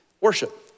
Worship